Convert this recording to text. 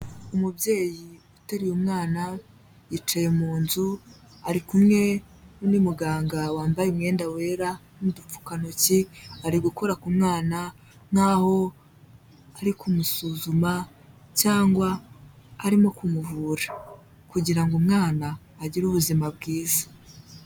Umubyeyi uteruye umwana, yicaye mu nzu ari kumwe n'umuganga wambaye umwenda wera n'udupfukantoki, ari gukora ku mwana nkaho ari kumusuzuma cyangwa arimo kumuvura kugira ngo umwana agire ubuzima bwiza.